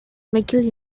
mcgill